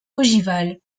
ogivale